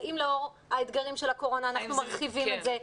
אז האם לאור האתגרים של הקורונה אנחנו מרחיבים את זה?